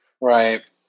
right